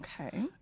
Okay